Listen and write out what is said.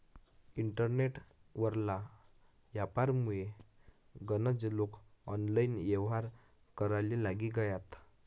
internet वरला यापारमुये गनज लोके ऑनलाईन येव्हार कराले लागी गयात